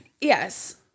Yes